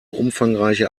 umfangreiche